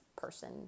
person